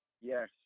yes